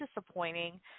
disappointing